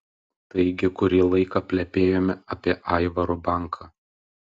taigi kurį laiką plepėjome apie aivaro banką